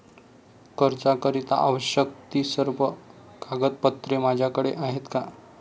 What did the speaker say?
कर्जाकरीता आवश्यक ति सर्व कागदपत्रे माझ्याकडे आहेत का?